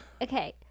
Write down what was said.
Okay